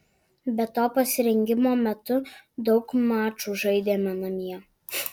be to pasirengimo metu daug mačų žaidėme namie